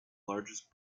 largest